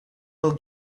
will